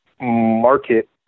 market